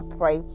pray